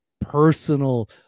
personal